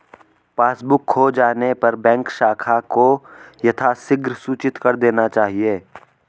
passbook खो जाने पर बैंक शाखा को यथाशीघ्र सूचित कर देना चाहिए